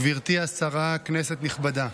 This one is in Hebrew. גברתי השרה, כנסת נכבדה,